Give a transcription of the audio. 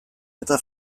eta